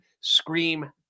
scream